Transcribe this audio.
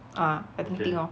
ah I think tick lor